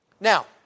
Now